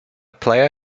player